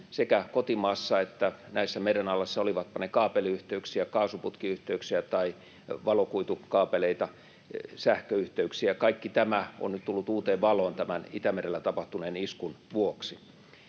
sekä kotimaassa että näissä merenalaisissa, olivatpa ne kaapeliyhteyksiä, kaasuputkiyhteyksiä, valokuitukaapeleita, sähköyhteyksiä. Kaikki tämä on nyt tullut uuteen valoon tämän Itämerellä tapahtuneen iskun vuoksi.